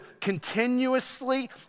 continuously